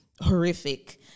horrific